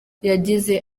yagize